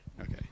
Okay